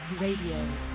Radio